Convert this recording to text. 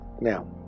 now